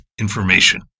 information